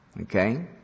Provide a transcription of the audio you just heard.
Okay